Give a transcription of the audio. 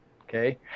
Okay